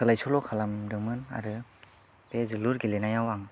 सोलाय सोल' खालामदोंमोन आरो बे जोलुर गेलेनायाव आं